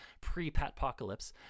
pre-patpocalypse